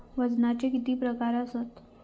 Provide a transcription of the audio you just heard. वजनाचे किती प्रकार आसत?